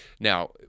Now